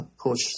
push